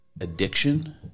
addiction